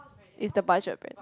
it's the budget bread